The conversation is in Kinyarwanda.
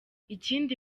ikindi